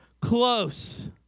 close